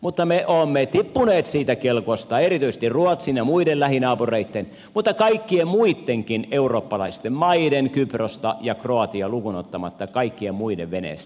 mutta me olemme tippuneet siitä kelkasta erityisesti ruotsin ja muiden lähinaapureitten mutta kaikkien muittenkin eurooppalaisten maiden kyprosta ja kroatiaa lukuun ottamatta kaikkien muiden veneestä